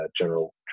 general